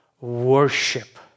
worship